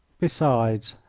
besides,